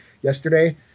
yesterday